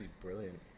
brilliant